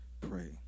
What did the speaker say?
Pray